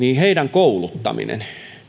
kouluttaminen